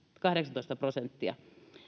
kahdeksantoista prosenttia